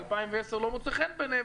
ב-2010 לא מוצא חן בעיניהם,